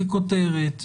ככותרת,